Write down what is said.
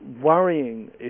worrying